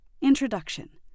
Introduction